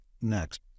next